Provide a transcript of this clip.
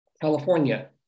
California